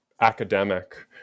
academic